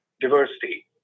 diversity